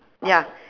ya